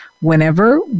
whenever